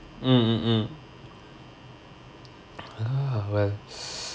mm mm mm ah well